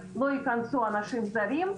לא ייכנסו אנשים זרים,